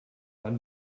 wann